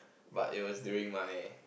but it was during my